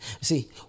See